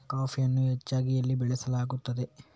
ಕಾಫಿಯನ್ನು ಹೆಚ್ಚಾಗಿ ಎಲ್ಲಿ ಬೆಳಸಲಾಗುತ್ತದೆ?